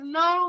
no